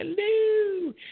Hello